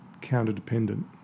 counter-dependent